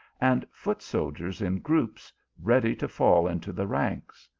and foot soldiers in groups, ready to fall into the ranks.